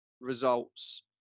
results